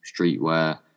Streetwear